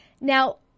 now